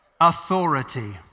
authority